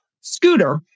Scooter